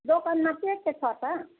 दिकानमा के के छ त